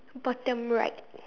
bottom right